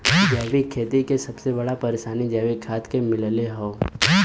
जैविक खेती के सबसे बड़ा परेशानी जैविक खाद के मिलले हौ